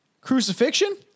crucifixion